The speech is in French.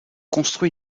construit